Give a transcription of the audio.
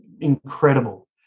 incredible